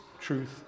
truth